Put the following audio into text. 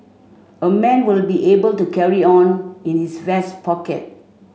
a man will be able to carry on in his vest pocket